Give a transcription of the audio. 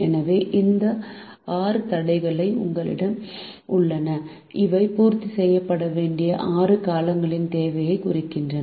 எனவே இந்த 6 தடைகள் எங்களிடம் உள்ளன அவை பூர்த்தி செய்யப்பட வேண்டிய 6 காலங்களின் தேவையை குறிக்கின்றன